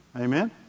Amen